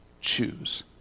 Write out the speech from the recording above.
Choose